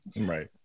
Right